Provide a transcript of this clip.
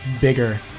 bigger